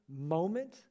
moment